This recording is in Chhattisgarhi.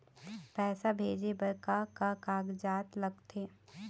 पैसा भेजे बार का का कागजात लगथे?